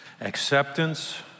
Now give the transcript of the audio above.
acceptance